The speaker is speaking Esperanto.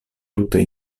tute